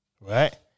Right